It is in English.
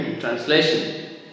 Translation